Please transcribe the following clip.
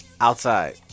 Outside